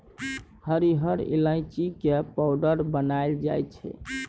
हरिहर ईलाइची के पाउडर बनाएल जाइ छै